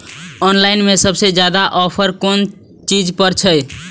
Online में सबसे ज्यादा ऑफर कोन चीज पर छे?